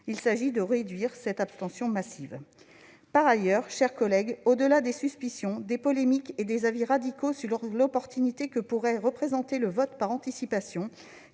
Il s'agit de réduire cette abstention massive. Par ailleurs, mes chers collègues, au-delà des suspicions, des polémiques et des avis radicaux sur la chance que pourrait représenter le vote par anticipation,